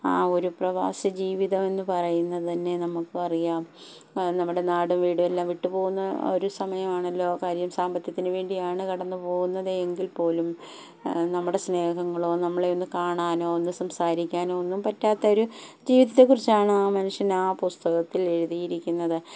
ആ ഒരു പ്രവാസി ജീവിതം എന്ന് പറയുന്നത് തന്നെ നമുക്ക് അറിയാം നമ്മുടെ നാടും വീട് എല്ലാം വിട്ട് പോകുന്ന ഒരു സമയമാണല്ലോ കാര്യം സാമ്പത്തികത്തിന് വേണ്ടിയാണ് കടന്ന് പോകുന്നത് എങ്കിൽ പോലും നമ്മുടെ സ്നേഹങ്ങളോ നമ്മളെ ഒന്ന് കാണാനോ ഒന്ന് സംസാരിക്കാനോ ഒന്നും പറ്റാത്തൊരു ജീവിതത്തെക്കുറിച്ചാണ് ആ മനുഷ്യൻ ആ പുസ്തകത്തിൽ എഴുതിയിരിക്കുന്നത്